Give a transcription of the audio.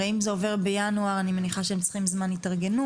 הרי אם זה עובר בינואר אני מניחה שהם צריכים זמן התארגנות,